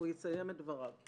והוא יסיים את דבריו.